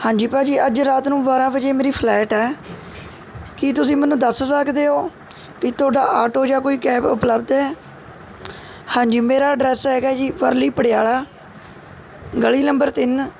ਹਾਂਜੀ ਭਾਜੀ ਅੱਜ ਰਾਤ ਨੂੰ ਬਾਰ੍ਹਾਂ ਵਜੇ ਮੇਰੀ ਫਲੈਟ ਹੈ ਕੀ ਤੁਸੀਂ ਮੈਨੂੰ ਦੱਸ ਸਕਦੇ ਹੋ ਕਿ ਤੁਹਾਡਾ ਆਟੋ ਜਾਂ ਕੋਈ ਕੈਬ ਉਪਲਬਧ ਹੈ ਹਾਂਜੀ ਮੇਰਾ ਐਡਰੈੱਸ ਹੈਗਾ ਜੀ ਪਰਲੀ ਪਡਿਆਲਾ ਗਲੀ ਨੰਬਰ ਤਿੰਨ